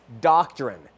doctrine